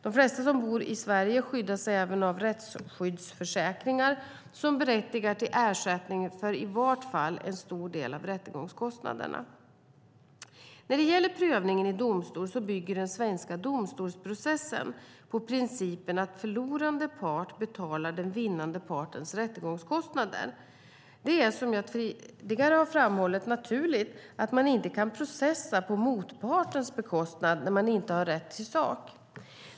De flesta som bor i Sverige skyddas även av rättsskyddsförsäkringar som berättigar till ersättning för i vart fall en stor del av rättegångskostnaderna. När det gäller prövningen i domstol bygger den svenska domstolsprocessen på principen att förlorande part betalar den vinnande partens rättegångskostnader. Det är som jag tidigare har framhållit naturligt att man inte kan processa på motpartens bekostnad när man inte har rätt i sak.